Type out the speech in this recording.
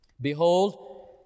Behold